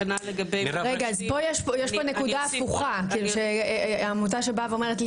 יש פה נקודה הפוכה העמותה שבאה ואומרת לי